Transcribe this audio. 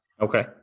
Okay